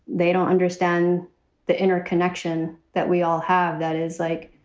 they don't understand the interconnection that we all have that is like